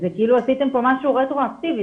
זה כאילו עשיתם פה משהו רטרואקטיבית,